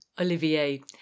Olivier